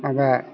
माबा